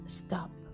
stop